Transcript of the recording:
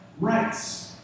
rights